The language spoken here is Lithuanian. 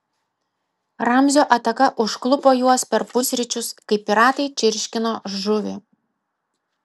ramzio ataka užklupo juos per pusryčius kai piratai čirškino žuvį